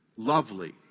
Lovely